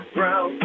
Brown